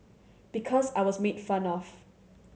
because I was made fun of